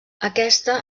aquesta